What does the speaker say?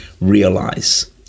realize